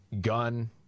gun